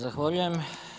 Zahvaljujem.